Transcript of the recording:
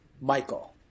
Michael